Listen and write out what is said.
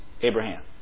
Abraham